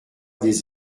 des